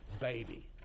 baby